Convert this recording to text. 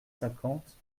cinquante